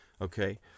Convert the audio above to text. Okay